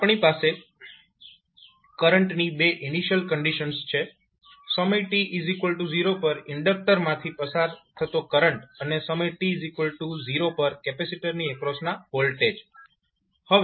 તો આપણી પાસે કરંટની બે ઇનિશિયલ કંડીશન્સ છે સમય t0 પર ઇન્ડકટર માંથી પસાર થતો કરંટ અને સમય t0 પર કેપેસિટરની એક્રોસના વોલ્ટેજ